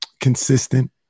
consistent